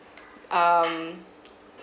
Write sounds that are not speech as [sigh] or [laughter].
[breath] um